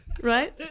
right